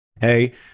hey